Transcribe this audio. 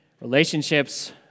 relationships